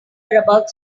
about